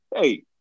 hey